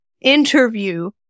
interview